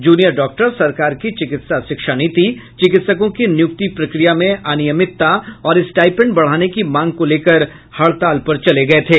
junior doctor सरकार की चिकित्सा शिक्षा नीति चिकित्सकों की नियुक्ति प्रक्रिया में अनियमितता और स्टाईपेंड बढ़ाने की मांग को लेकर हड़ताल पर चले गये थे